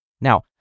Now